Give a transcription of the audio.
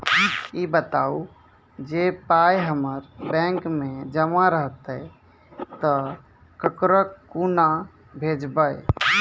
ई बताऊ जे पाय हमर बैंक मे जमा रहतै तऽ ककरो कूना भेजबै?